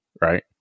right